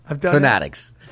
Fanatics